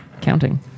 Counting